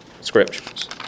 scriptures